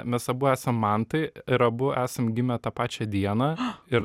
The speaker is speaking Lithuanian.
mes abu esam mantai ir abu esam gimę tą pačią dieną ir